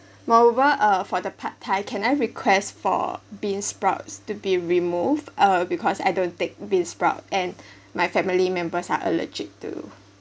moreover uh for the pad thai can I request for bean sprouts to be removed uh because I don't take beansprout and my family members are allergic to